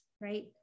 right